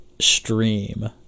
stream